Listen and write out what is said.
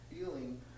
feeling